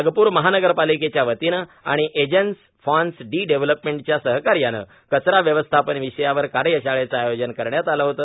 नागपूर महानगरपालिकेच्या वतीनं आणि एजेन्स फ्रान्स डी डेव्हलपर्मेट च्या सहकार्यानं कचरा व्यवस्थापन विषयावर कार्यशाळेचे आयोजन करण्यात आले होते